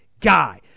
guy